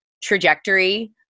trajectory